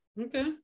Okay